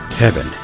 Heaven